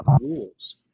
rules